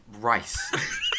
rice